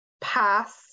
pass